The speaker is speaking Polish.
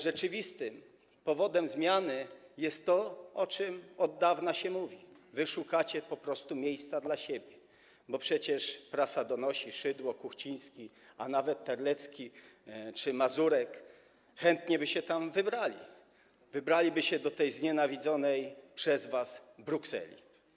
Rzeczywistym powodem zmiany jest to, o czym mówi się od dawna: wy po prostu szukacie miejsca dla siebie, bo przecież prasa donosi, że Szydło, Kuchciński, a nawet Terlecki czy Mazurek chętnie by się tam wybrali, wybraliby się do tej znienawidzonej przez was Brukseli.